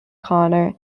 connor